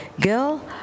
girl